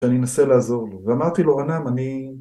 שאני אנסה לעזור לו. ואמרתי לו, רנן, אני...